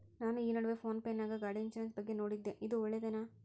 ನಾನು ಈ ನಡುವೆ ಫೋನ್ ಪೇ ನಾಗ ಗಾಡಿ ಇನ್ಸುರೆನ್ಸ್ ಬಗ್ಗೆ ನೋಡಿದ್ದೇ ಇದು ಒಳ್ಳೇದೇನಾ?